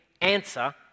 answer